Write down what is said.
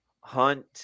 hunt